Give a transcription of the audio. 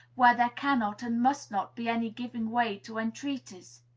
where there cannot and must not be any giving way to entreaties.